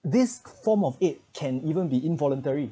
this form of it can even be involuntary